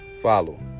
follow